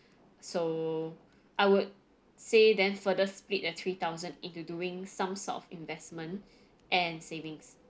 so I would say then further split the three thousand into doing some sort of investment and savings